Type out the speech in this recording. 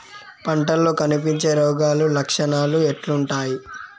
పంటల్లో కనిపించే రోగాలు లక్షణాలు ఎట్లుంటాయి?